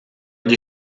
die